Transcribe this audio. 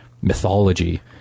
Mythology